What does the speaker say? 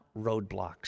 roadblocks